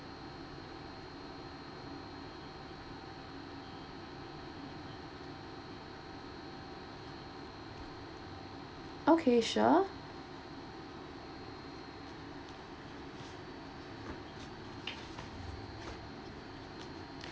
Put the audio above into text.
okay sure